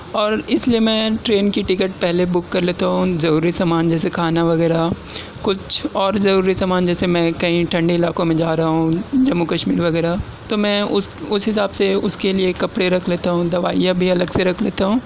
اور اس لئے میں ٹرین کی ٹکٹ پہلے بک کر لیتا ہوں ضروری سامان جیسے کھانا وغیرہ کچھ اور ضروری سامان جیسے میں کہیں ٹھنڈے علاقوں میں جا رہا ہوں جموں کشمیر وغیرہ تو میں اس اس حساب سے اس کے لئے کپڑے رکھ لیتا ہوں دوائیاں بھی الگ سے رکھ لیتا ہوں